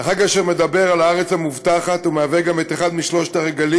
בחג אשר מדבר על הארץ המובטחת ומהווה גם אחד משלושת הרגלים,